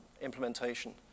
implementation